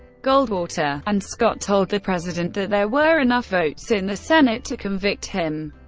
goldwater and scott told the president that there were enough votes in the senate to convict him,